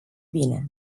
bine